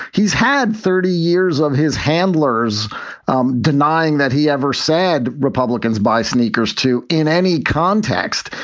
he's had thirty years of his handlers um denying that he ever said republicans buy sneakers, too. in any context,